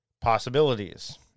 Possibilities